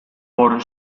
por